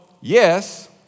yes